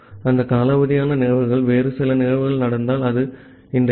அந்த காலாவதியான நிகழ்வுக்குள் வேறு சில நிகழ்வுகள் நடந்தால் அது இந்த எஃப்